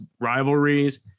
rivalries